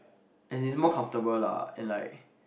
as in more comfortable lah and like